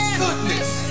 goodness